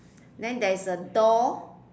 then there is a door